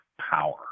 power